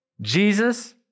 Jesus